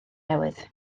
newydd